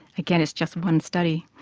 again, it's just one study.